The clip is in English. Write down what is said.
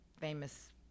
famous